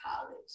college